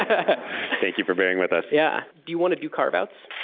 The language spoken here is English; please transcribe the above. ah thank you for bearing with us. yeah. do you want to do carve outs?